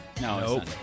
No